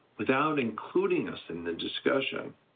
without, including us in the discussion,